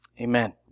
Amen